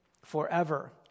forever